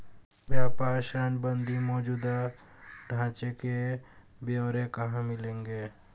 व्यापार ऋण संबंधी मौजूदा ढांचे के ब्यौरे कहाँ मिलेंगे?